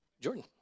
Jordan